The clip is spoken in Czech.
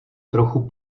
trochu